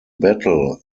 battle